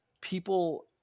people